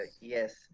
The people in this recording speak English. Yes